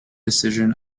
decision